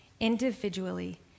individually